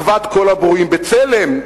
אחוות כל הברואים בצלם?